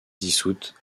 dissoute